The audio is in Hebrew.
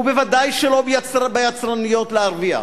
ובוודאי שלא ביצרניות, להרוויח.